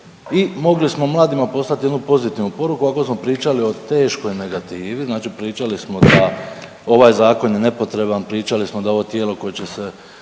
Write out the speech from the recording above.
i mogli smo mladima poslati jednu pozitivnu poruku. Ovako smo pričali o teškoj negativi, znači pričali smo da ovaj zakon je nepotreban, pričali smo da ovo tijelo koje će se